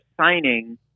signing